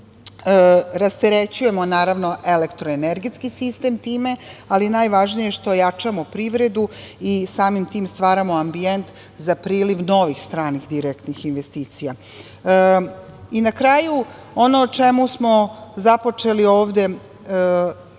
rasterećujemo naravno, elektroenergetski sistem time, ali najvažnije što jačamo privredu i samim tim stvaramo ambijent za priliv novih stranih direktnih investicija. Na kraju, ono o čemu smo započeli ovde